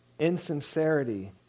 Insincerity